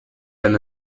than